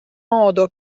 modo